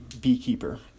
beekeeper